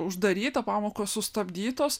uždaryta pamokos sustabdytos